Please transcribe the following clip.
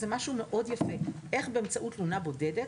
זה משהו מאוד יפה ואיך באמצעות תלונה בודדת